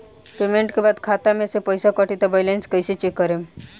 Payment के बाद खाता मे से पैसा कटी त बैलेंस कैसे चेक करेम?